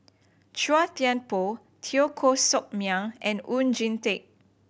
Chua Thian Poh Teo Koh Sock Miang and Oon Jin Teik